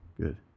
Good